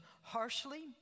harshly